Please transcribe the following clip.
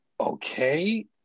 Okay